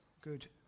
good